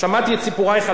אומרים שהממשלה,